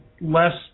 less